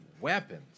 weapons